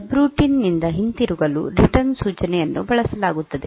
subroutine ನಿಂದ ಹಿಂತಿರುಗಲು return ಸೂಚನೆಯನ್ನು ಬಳಸಲಾಗುತ್ತದೆ